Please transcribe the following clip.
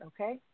okay